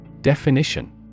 Definition